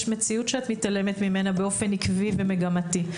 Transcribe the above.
יש מציאות ממנה את מתעלמת באופן עקבי ומגמתי.